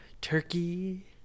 turkey